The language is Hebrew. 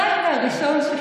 אתה הייתה הראשון שקרא לו ממ"ז?